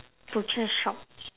butcher shop